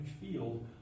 field